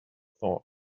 thought